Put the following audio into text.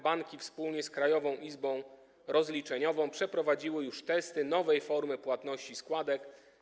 Banki wspólnie z Krajową Izbą Rozliczeniową przeprowadziły już testy nowej formy płatności składek.